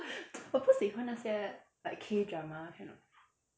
我不喜欢那些 like K drama kind of